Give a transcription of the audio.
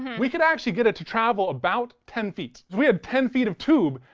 we can actually get it to travel about ten feet. we had ten feet of tube,